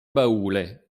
baule